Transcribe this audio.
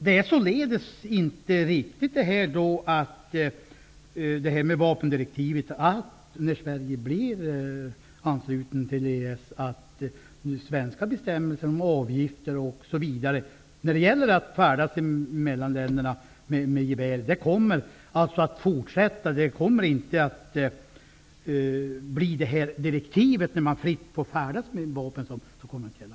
Det är således inte riktigt att vapendirektiven ändras när Sverige blir anslutet till EES, utan svenska bestämmelser om avgifter osv. i fråga om att färdas mellan länderna med gevär på väg kommer att fortsätta att gälla. Således kommer man inte att fritt få färdas med vapen över gränserna.